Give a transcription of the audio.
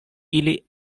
ili